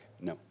no